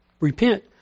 repent